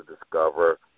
discover